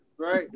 Right